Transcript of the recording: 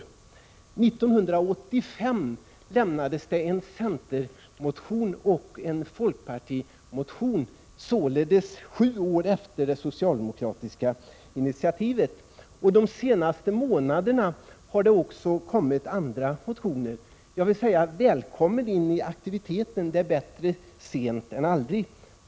År 1985 väcktes en centermotion och en folkpartimotion, således sju år efter det socialdemokratiska initiativet. Under de senaste månaderna har det också väckts ytterligare motioner. Jag vill säga: Välkommen in i aktiviteten! Det är bättre sent än aldrig.